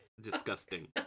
Disgusting